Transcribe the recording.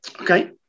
Okay